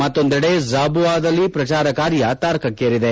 ಮತ್ತೊಂದೆಡೆ ಝಾಬುಆ ದಲ್ಲಿ ಪ್ರಚಾರ ಕಾರ್ಯ ತಾರಕಕ್ಕೇರಿದೆ